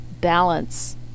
balance